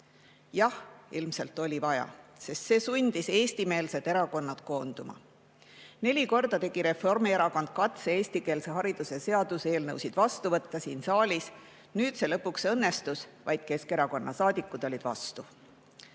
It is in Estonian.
Jah, ilmselt oli vaja, sest see sundis Eesti-meelsed erakonnad koonduma. Neli korda tegi Reformierakond katse eestikeelse hariduse seaduseelnõu siin saalis vastu võtta. Nüüd see lõpuks õnnestus, ainult Keskerakonna saadikud olid